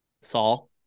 Saul